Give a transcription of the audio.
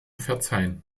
verzeihen